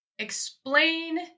Explain